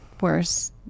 worse